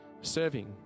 serving